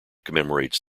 commemorates